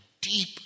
deep